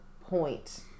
point